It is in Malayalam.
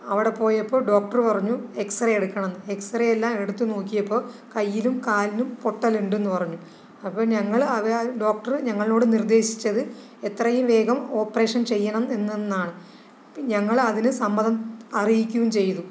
അവിടെ പോയപ്പോൾ ഡോക്ടർ പറഞ്ഞു എക്സറെ എടുക്കണമെന്ന് എക്സറെ എല്ലാം എടുത്ത് നോക്കിയപ്പോൾ കയ്യിലും കാലിലും പൊട്ടലുണ്ടെന്ന് പറഞ്ഞു അപ്പോൾ ഞങ്ങള് അവരാരും ഡോക്ടർ ഞങ്ങളോട് നിർദേശിച്ചത് എത്രയും വേഗം ഓപ്പറേഷൻ ചെയ്യണം എന്നെന്നാണ് അപ്പോൾ ഞങ്ങൾ അതിന് സമ്മതം അറിയിക്കുകയും ചെയ്തു